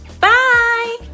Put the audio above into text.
Bye